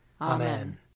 Amen